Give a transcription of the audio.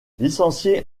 licencié